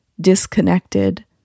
disconnected